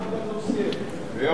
מאוד,